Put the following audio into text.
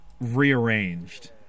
Rearranged